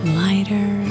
lighter